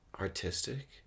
artistic